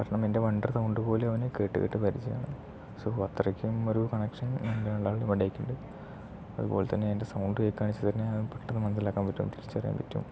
കാരണം എൻ്റെ വണ്ടിയുടെ സൗണ്ട് പോലും അവന് കേട്ട് കേട്ട് പരിചയമാണ് സോ അത്രയ്ക്കും ഒരു കണക്ഷൻ ഞങ്ങൾ രണ്ടായാളുടേയും ഇടയ്ക്കുണ്ട് അതുപോലെത്തന്നെ എൻ്റെ സൗണ്ട് പെട്ടെന്ന് മനസ്സിലാക്കാൻ പറ്റും തിരിച്ചറിയാൻ പറ്റും